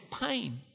pain